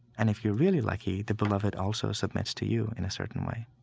and if you're really lucky, the beloved also submits to you in a certain way